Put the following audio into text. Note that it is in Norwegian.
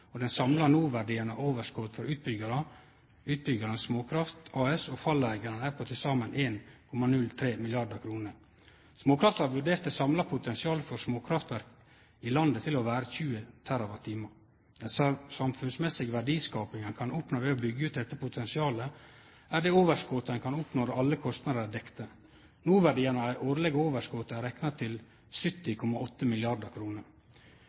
og den samla noverdien av overskotet for utbyggjaren, Småkraft AS, og falleigarane er på til saman 1,03 mrd. kr. Småkraft AS har vurdert det samla potensialet for småkraftverk i landet til å vere 20 TWh. Den samfunnsmessige verdiskapinga ein kan oppnå ved å byggje ut dette potensialet, er det overskotet ein kan oppnå når alle kostnader er dekte. Noverdien av dei årlege overskota er rekna til